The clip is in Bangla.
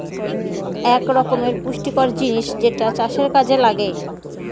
এক রকমের পুষ্টিকর জিনিস যেটা চাষের কাযে লাগে